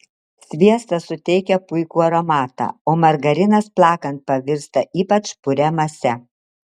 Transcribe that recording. sviestas suteikia puikų aromatą o margarinas plakant pavirsta ypač puria mase